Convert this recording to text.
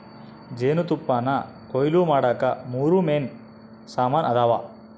ಜೇನುತುಪ್ಪಾನಕೊಯ್ಲು ಮಾಡಾಕ ಮೂರು ಮೇನ್ ಸಾಮಾನ್ ಅದಾವ